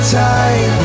time